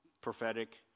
prophetic